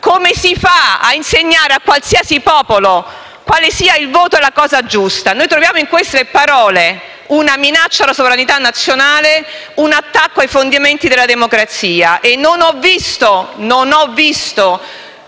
come si fa a insegnare a qualsiasi popolo quale sia il voto giusto? Troviamo in queste parole una minaccia alla sovranità nazionale, un attacco alle fondamenta della democrazia, e non ho visto alcun